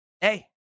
hey